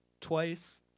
twice